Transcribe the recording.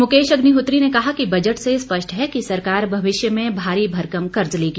मुकेश अग्निहोत्री ने कहा कि बजट से स्पष्ट है कि सरकार भविष्य में भारी भरकम कर्ज लेगी